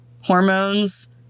hormones